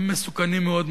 הם מסוכנים מאוד,